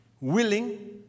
willing